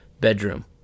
bedroom